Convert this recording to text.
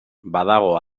badago